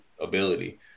ability